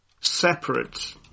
separate